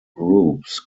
groups